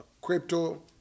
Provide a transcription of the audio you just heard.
crypto